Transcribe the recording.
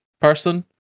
person